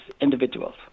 individuals